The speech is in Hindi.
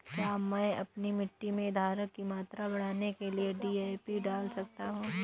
क्या मैं अपनी मिट्टी में धारण की मात्रा बढ़ाने के लिए डी.ए.पी डाल सकता हूँ?